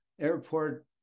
Airport